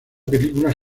película